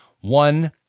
one